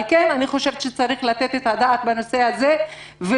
על כן אני חושבת שצריך לתת את הדעת לנושא הזה ולפנות